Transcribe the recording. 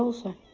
so sir.